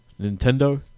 Nintendo